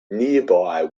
nearby